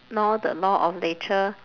~nore the law of nature